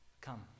come